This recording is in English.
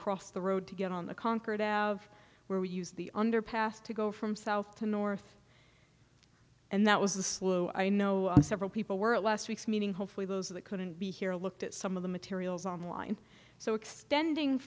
crossed the road to get on the concord out of where we use the underpass to go from south to north and that was a slow i know several people were at last week's meeting hopefully those that couldn't be here looked at some of the materials online so extending